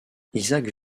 isaac